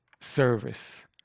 service